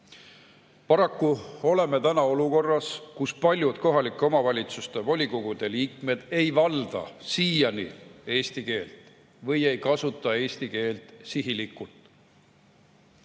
Paraku oleme täna olukorras, kus paljud kohalike omavalitsuste volikogude liikmed ei valda siiani eesti keelt või ei kasuta eesti keelt sihilikult.